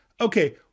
okay